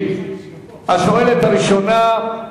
השואלת הראשונה,